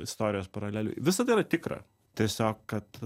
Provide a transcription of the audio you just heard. istorijos paralelių visa tai yra tikra tiesiog kad